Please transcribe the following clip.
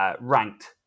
ranked